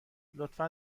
لطفا